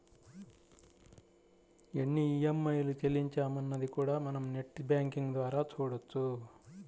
ఎన్ని ఈఎంఐలు చెల్లించామన్నది కూడా మనం నెట్ బ్యేంకింగ్ ద్వారా చూడొచ్చు